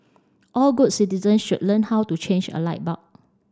all good citizens should learn how to change a light bulb